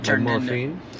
morphine